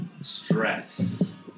stress